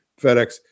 FedEx